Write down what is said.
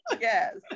yes